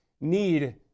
need